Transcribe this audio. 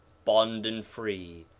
bond and free,